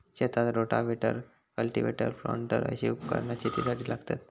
शेतात rotavator, cultivator, planter अशी उपकरणा शेतीसाठी लागतत